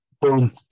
boom